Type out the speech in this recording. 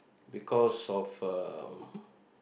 because of uh